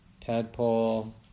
tadpole